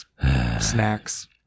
snacks